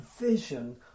vision